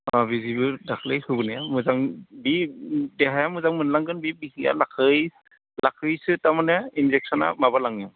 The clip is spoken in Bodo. अ बिदिनो दाख्लै होबोनाया मोजां बे देहाया मोजां मोनलांगोन बे बिखआ लासै लासैसो तारमाने इन्जेक्स'ना माबालाङो